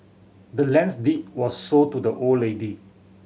the land's deed was sold to the old lady